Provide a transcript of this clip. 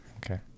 Okay